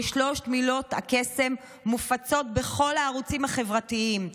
ושלוש מילות הקסם מופצות בכל הערוצים החברתיים.